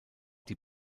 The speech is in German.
die